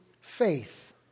faith